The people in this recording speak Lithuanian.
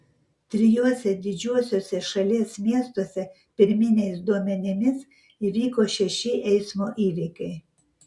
trijuose didžiuosiuose šalies miestuose pirminiais duomenimis įvyko šeši eismo įvykiai